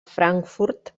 frankfurt